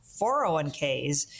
401ks